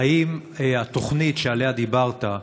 האם התוכנית שעליה דיברת,